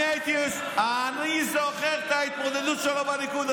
אני זוכר את ההתמודדות שלו בליכוד.